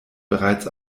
bereits